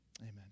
Amen